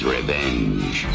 Revenge